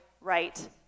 right